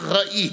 אחראית,